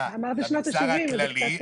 היה למגזר הכללי.